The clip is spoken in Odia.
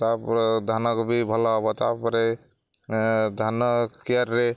ତା'ପରେ ଧାନକୁ ବି ଭଲ ହବ ତା'ପରେ ଧାନ କିଆରୀରେ